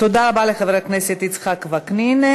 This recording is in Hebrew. תודה רבה לחבר הכנסת יצחק וקנין.